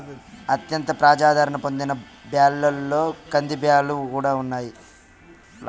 అత్యంత ప్రజాధారణ పొందిన బ్యాళ్ళలో కందిబ్యాల్లు కూడా ఉన్నాయి